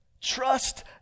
Trust